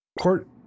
Court